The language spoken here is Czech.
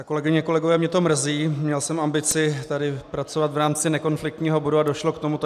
Kolegyně, kolegové, mě to mrzí, měl jsem ambici tady pracovat v rámci nekonfliktního bodu a došlo k tomuto.